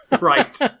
Right